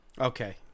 Okay